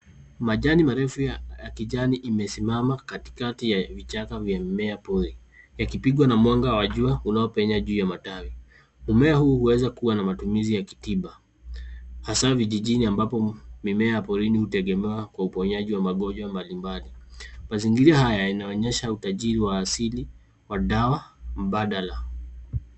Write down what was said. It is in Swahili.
Majani marefu ya kijani imesimama katikati ya vichaka vya mimea pori yakipigwa na mwanga wa jua unaopenya juu ya matawi. Mmea huu huweza kuwa na matumizi ya kitiba hasa vijijini ambapo mimea ya porini hutegemewa kwa uponyaji wa magonjwa mbalimbali. Mazingira haya yanaonyesha utajiri wa asili wa dawa mbadala.